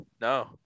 no